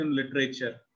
literature